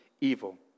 evil